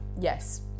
yes